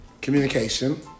Communication